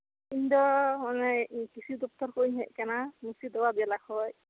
ᱤᱧ ᱫᱚ ᱚᱱᱮ ᱠᱨᱤᱥᱤ ᱫᱚᱯᱛᱚᱨ ᱠᱷᱚᱡ ᱤᱧ ᱦᱮᱡ ᱠᱟᱱᱟ ᱢᱩᱨᱥᱤ ᱫᱟᱵᱟᱫᱽ ᱡᱮᱞᱟ ᱠᱷᱚᱡ